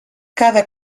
cada